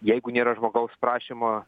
jeigu nėra žmogaus prašymo